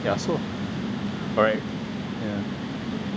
ya so alright yeah